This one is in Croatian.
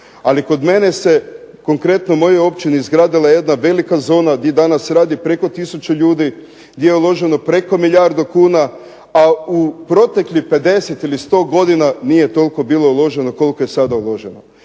ali kod mene se konkretno u mojoj općini izgradila jedna velika zona, gdje danas radi preko tisuću ljudi, gdje je uloženo preko milijardu kuna, a u proteklih 50 ili 100 godina nije toliko bilo uloženo kolik o je sada uloženo.